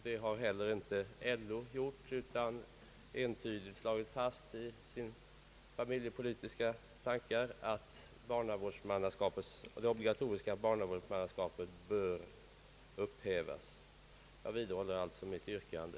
Det har heller inte LO gjort utan i sina familjepolitiska riktlinjer slagit fast att det obligatoriska barnavårdsmannaskapet bör upphävas. Jag vidhåller alltså mitt yrkande.